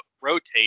rotate